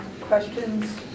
Questions